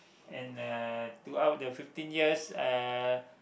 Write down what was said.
and uh throughout the fifteen years uh